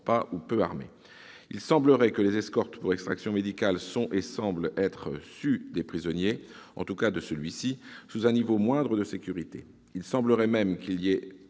pas- ou peu -armée. Il semblerait que les escortes pour extraction médicale sont- et cela semble être su des prisonniers, en tout cas de celui-ci -sous un niveau moindre de sécurité. Il semblerait même qu'il ait